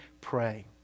pray